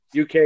UK